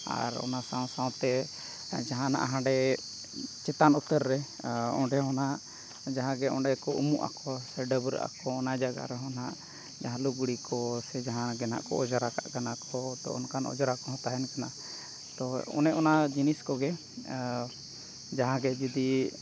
ᱟᱨ ᱚᱱᱟ ᱥᱟᱶᱼᱥᱟᱶᱛᱮ ᱡᱟᱦᱟᱱᱟᱜ ᱦᱟᱸᱰᱮ ᱪᱮᱛᱟᱱ ᱩᱛᱟᱹᱨ ᱨᱮ ᱚᱸᱰᱮ ᱚᱱᱟ ᱡᱟᱦᱟᱸᱜᱮ ᱚᱸᱰᱮᱠᱚ ᱩᱢᱩᱜ ᱟᱠᱚ ᱥᱮ ᱰᱟᱹᱵᱽᱨᱟᱹᱜ ᱟᱠᱚ ᱚᱱᱟ ᱡᱟᱭᱜᱟ ᱨᱮᱦᱚᱸ ᱱᱟᱦᱟᱜ ᱞᱩᱜᱽᱲᱤ ᱠᱚ ᱥᱮ ᱡᱟᱦᱟᱸᱜᱮ ᱱᱟᱦᱟᱜ ᱠᱚ ᱚᱸᱡᱽᱨᱟ ᱠᱟᱜ ᱠᱟᱱᱟᱠᱚ ᱛᱳ ᱚᱱᱠᱟᱱ ᱚᱸᱡᱽᱨᱟ ᱠᱚᱦᱚᱸ ᱛᱟᱦᱮᱱ ᱠᱟᱱᱟ ᱛᱳ ᱚᱱᱮ ᱚᱱᱟ ᱡᱤᱱᱤᱥ ᱠᱚᱜᱮ ᱡᱟᱦᱟᱸᱜᱮ ᱡᱩᱫᱤ